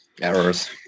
errors